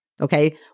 Okay